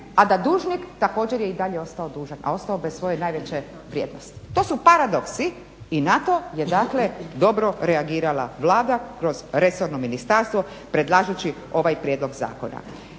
a da dužnik također je i dalje ostao dužan, a ostao bez svoje najveće vrijednosti. To su paradoksi i na to je dobro reagirala Vlada kroz resorno ministarstvo predlažući ovaj prijedlog zakona.